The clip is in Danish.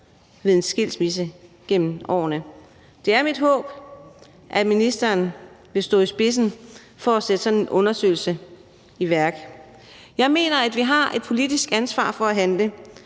ved en skilsmisse. Det er mit håb, at ministeren vil stå i spidsen for at sætte sådan en undersøgelse i værk. Jeg mener, at vi har et politisk ansvar for at handle,